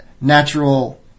natural